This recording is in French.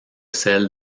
celle